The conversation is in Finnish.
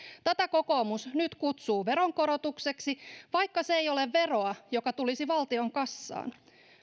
tätä kokoomus nyt kutsuu veronkorotukseksi vaikka se ei ole veroa joka tulisi valtion kassaan